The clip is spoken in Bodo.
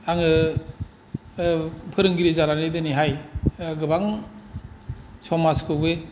आङो फोरोंगिरि जानानै दिनैहाय गोबां समाजखौबो